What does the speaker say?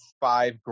five